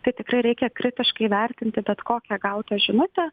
tai tikrai reikia kritiškai vertinti bet kokią gautą žinutę